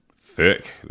Thick